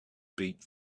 beat